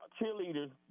cheerleaders